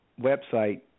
website